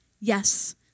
Yes